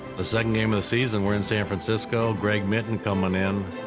the second game of the season, we're in san francisco. greg minton coming in,